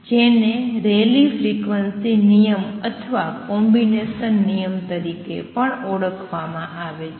જેને રેલી ફ્રીક્વન્સી નિયમ અથવા કોમ્બિનેશન નિયમ તરીકે ઓળખવામાં આવે છે